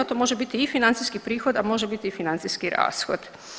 To može biti i financijski prihod, a može biti i financijski rashod.